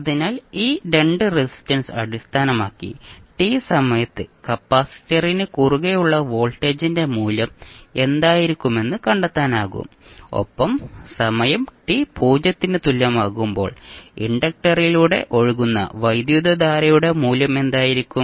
അതിനാൽ ഈ 2 റെസിസ്റ്റൻസ് അടിസ്ഥാനമാക്കി t സമയത്ത് കപ്പാസിറ്ററിന് കുറുകെയുള്ള വോൾട്ടേജിന്റെ മൂല്യം എന്തായിരിക്കുമെന്ന് കണ്ടെത്താനാകും ഒപ്പം സമയം t 0 ന് തുല്യമാകുമ്പോൾ ഇൻഡക്ടറിലൂടെ ഒഴുകുന്ന വൈദ്യുതധാരയുടെ മൂല്യം എന്തായിരിക്കും